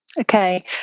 Okay